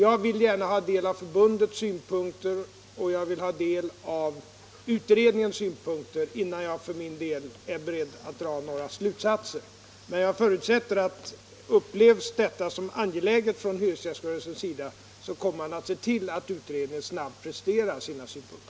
Jag vill gärna ha del av förbundets synpunkter och av utredningens synpunkter innan jag för min del är beredd att dra några slutsatser. Men jag förutsätter att upplevs detta som angeläget från hyresgäströrelsens sida, kommer man att se till att utredningen snabbt presterar sina synpunkter.